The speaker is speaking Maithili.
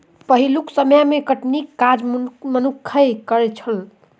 पहिलुक समय मे कटनीक काज मनुक्खे करैत छलै